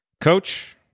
Coach